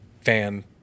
fan